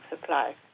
supply